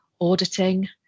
auditing